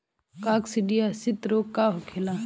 काकसिडियासित रोग का होखेला?